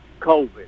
COVID